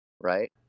Right